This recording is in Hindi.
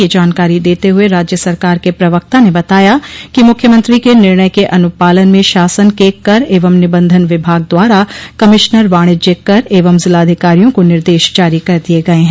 यह जानकारी देते हुए राज्य सरकार के प्रवक्ता ने बताया कि मुख्यमंत्री के निर्णय के अनुपालन में शासन के कर एवं निबन्धन विभाग द्वारा कमिश्नर वाणिज्य कर एवं जिलाधिकारियों को निर्देश जारी कर दिए गए हैं